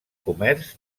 comerç